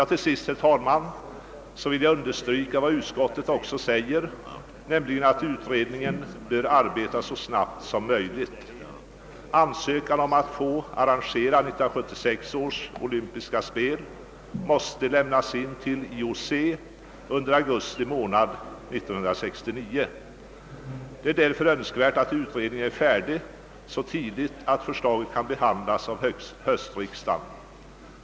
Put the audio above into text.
Till sist, herr talman, vill jag understryka vad utskottet säger, nämligen att utredningen bör arbeta så snabbt som möjligt. Ansökan om att få arrangera 1976 års OS måste lämnas in till IOC under augusti månad 1969. Det är därför önskvärt att utredningen är färdig så tidigt att förslaget kan behandlas av höstriksdagen.